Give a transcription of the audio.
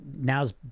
now's